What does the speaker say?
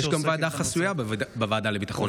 יש גם ועדה חסויה בוועדה לביטחון לאומי.